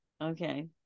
Okay